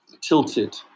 tilted